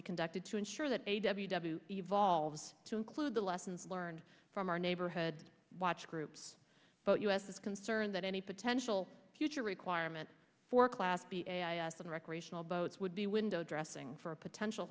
conducted to ensure that evolves to include the lessons learned from our neighborhood watch groups but us is concerned that any potential future requirement for class b and recreational boats would be window dressing for a potential